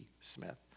Smith